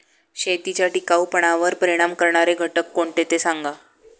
शेतीच्या टिकाऊपणावर परिणाम करणारे घटक कोणते ते सांगा